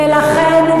ולכן,